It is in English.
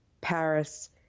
Paris